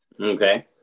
Okay